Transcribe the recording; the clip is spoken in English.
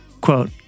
Quote